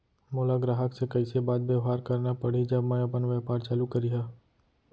मोला ग्राहक से कइसे बात बेवहार करना पड़ही जब मैं अपन व्यापार चालू करिहा?